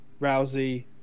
Rousey